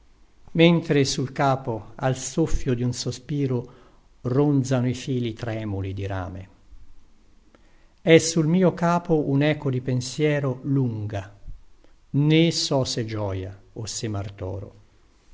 mentre sul capo al soffio di un sospiro ronzano i fili tremuli di rame è sul mio capo uneco di pensiero lunga né so se gioia o se martoro